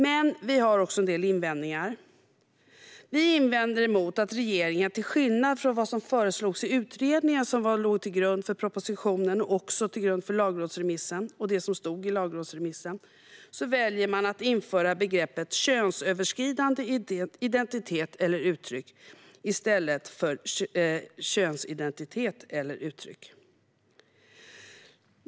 Men vi har också en del invändningar. Vi invänder mot att regeringen - till skillnad från vad som föreslogs i utredningen, som låg till grund för propositionen och för lagrådsremissen, och det som stod i lagrådsremissen - väljer att införa begreppet könsöverskridande identitet eller uttryck i stället för könsidentitet eller uttryck.